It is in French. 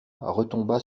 retomba